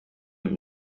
giti